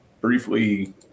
briefly